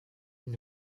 une